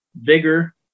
vigor